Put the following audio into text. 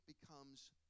becomes